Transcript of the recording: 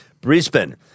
Brisbane